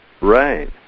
Right